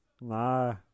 No